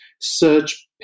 search